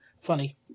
funny